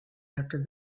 after